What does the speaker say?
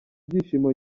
byishimo